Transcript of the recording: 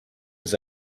his